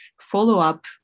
follow-up